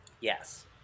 yes